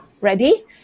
ready